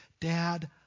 dad